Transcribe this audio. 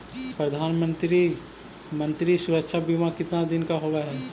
प्रधानमंत्री मंत्री सुरक्षा बिमा कितना दिन का होबय है?